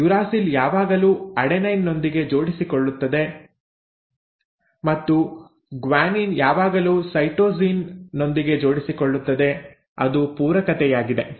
uracil ಯಾವಾಗಲೂ adenine ನೊಂದಿಗೆ RNAಜೋಡಿಸಿಕೊಳ್ಳುತ್ತದೆ ಮತ್ತು ಗ್ವಾನೀನ್ ಯಾವಾಗಲೂ ಸೈಟೋಸಿನ್ ನೊಂದಿಗೆ ಜೋಡಿಸಿಕೊಳ್ಳುತ್ತದೆ ಅದು ಪೂರಕತೆಯಾಗಿದೆ